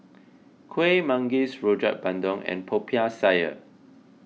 Kuih Manggis Rojak Bandung and Popiah Sayur